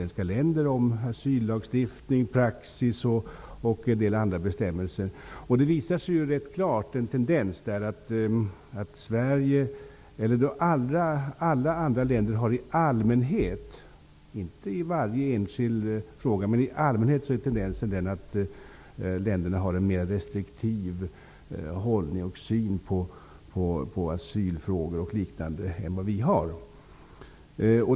Det gäller asyllagstiftning, praxis och en del andra bestämmelser. Den visar en ganska klar tendens att alla andra länder i allmänhet -- inte i varje enskild fråga, men i allmänhet -- har en mer restriktiv hållning till och syn på asylfrågor och liknande än vad vi har.